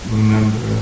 remember